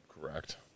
Correct